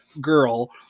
girl